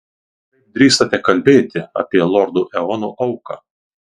kaip drįstate kalbėti apie lordo eono auką